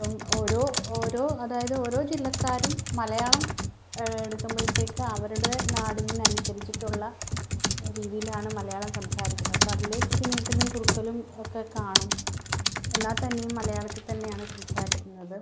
അപ്പം ഓരോ ഓരോ അതായത് ഓരോ ജില്ലക്കാരും മലയാളം എടുക്കുമ്പോഴത്തേക്ക് അവരുടെ നാടിന് അനുസരിച്ചിട്ടുള്ള രീതിയിലാണ് മലയാളം സംസാരിക്കുന്നത് അപ്പം അതിലെ ഇച്ചിരി നീട്ടലും കുറുക്കലും ഒക്കെ കാണും എന്നാൽ തന്നെയും മലയാളത്തിൽ തന്നെയാണ് സംസാരിക്കുന്നത്